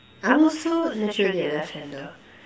I'm also naturally a left hander